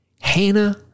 Hannah